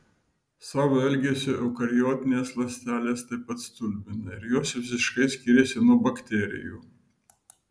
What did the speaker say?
savo elgesiu eukariotinės ląstelės taip pat stulbina ir jos visiškai skiriasi nuo bakterijų